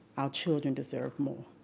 our children deserve more.